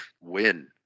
win